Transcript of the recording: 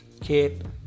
keep